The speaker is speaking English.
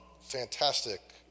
fantastic